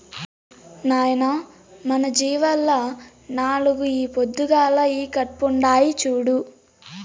నాయనా మన జీవాల్ల నాలుగు ఈ పొద్దుగాల ఈకట్పుండాయి చూడు